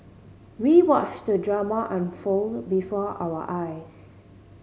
we watched the drama unfold before our eyes